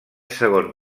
segon